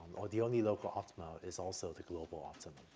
or the only local optima is also the global optimum.